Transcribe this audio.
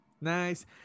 Nice